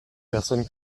personnes